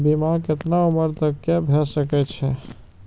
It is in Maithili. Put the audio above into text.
बीमा केतना उम्र तक के भे सके छै?